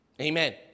Amen